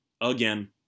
again